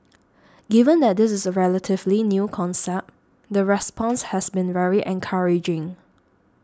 given that this is a relatively new concept the response has been very encouraging